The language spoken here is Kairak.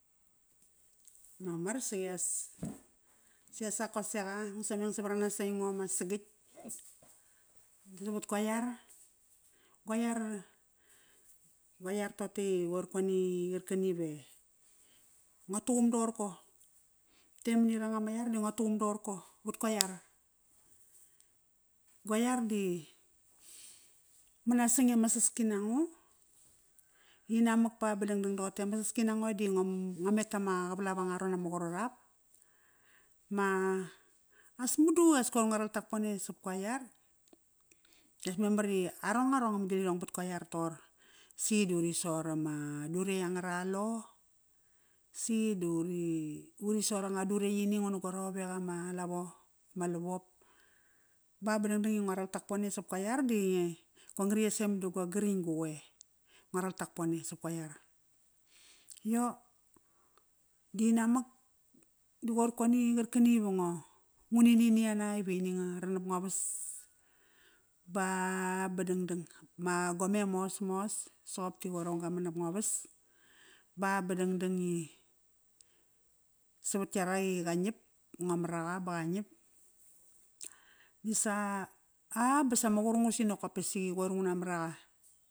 Mamar sias, sias ak ko seqa ngu sameng savaranas i aingo ma sagatk, savat kua iar. Gua iar, guar tote i qorkoni qarkani ve ngotuqum doqorko. Te mani ranga ma iar di ngo tuqum doqorko, vat kua iar. Guai iar di manasang i ama saski nango inamak pa ba dangdang doqote ama saski nango di ngo metama qavalap angararon ama qarat ap, ma as madu i as koir ngo ral takpone sop ko iar. As memar i arong, arong ama glirong bat qo iar toqor si duriso rama duretk angaralo, si duri uri, uri so ranga duretkini nguna go rovek ama lavo, ma lavop. Ba, ba dangdang i ngo ral Takpone sapko iar di go ngariyesem da go gring gu qoe, ngua ral Takpone sap qo iar. Yo dinamak di qoir koni qarkani ve ngo ngunini miana ivini nga ran nap ngavas. Ba, ba dangdang, ma gome mosmos soqop ti qoir aung ga man nap ngovas ba, ba dangdang savat yaraq i qa ngiap. Ngo mar aqa ba qa ngiap Isa, a basa ma qurungas i nokop pasi qoir nguna mar aqa.